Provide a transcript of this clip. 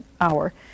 hour